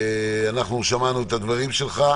שמענו את הדברים שלך.